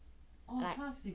like